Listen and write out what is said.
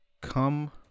come